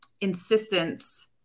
insistence